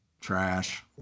trash